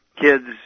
kids